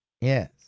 Yes